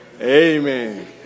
Amen